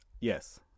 Yes